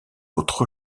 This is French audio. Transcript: autre